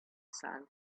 sand